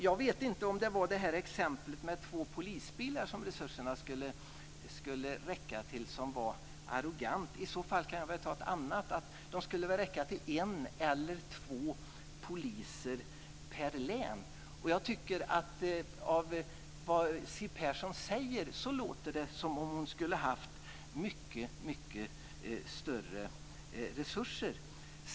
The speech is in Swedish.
Jag vet inte om det var exemplet med de två polisbilar som resurserna skulle räcka till som var arrogant. I så fall kan jag ta ett annat: De skulle väl räcka till en eller två poliser per län. På det Siw Persson säger låter det som om hon skulle ha haft mycket, mycket större resurser.